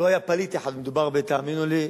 לא היה פליט אחד, ומדובר, תאמינו לי,